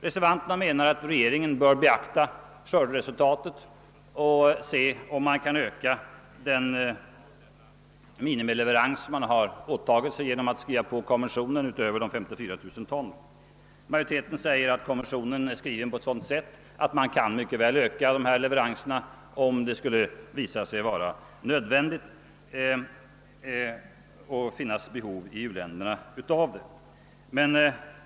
Reservanterna anser att regeringen bör beakta skörderesultatet och se om vi kan öka den minimileverans vi åtagit oss genom att skriva under konventionen om hjälp utöver de 54 000 ton som fastställts. Majoriteten hävdar att Kungl. Maj:ts proposition är skriven så att vi mycket väl kan öka leveranserna, om detta visar sig nödvändigt och om behov av ökad hjälp föreligger i u-länderna.